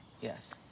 Yes